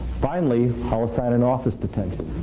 finally, i'll assign an office detention.